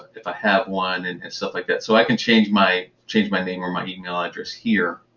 if i have one, and stuff like that. so i can change my change my name or my email address here.